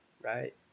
right